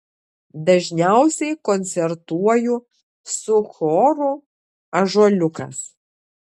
dažniausiai koncertuoju su choru ąžuoliukas